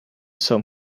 sum